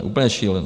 Úplně šílené!